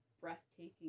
breathtaking